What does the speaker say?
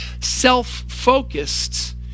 self-focused